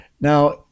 Now